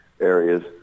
areas